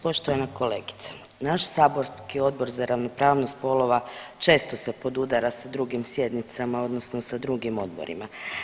Poštovana kolegice, naš saborski Odbor za ravnopravnost odbora često se podudara sa drugim sjednicama odnosno sa drugim odborima.